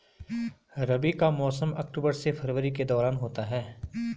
रबी का मौसम अक्टूबर से फरवरी के दौरान होता है